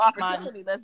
opportunity